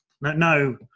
no